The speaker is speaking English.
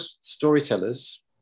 storytellers